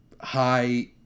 high